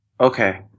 Okay